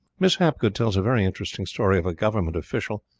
miss hapgood tells a very interesting story of a government official,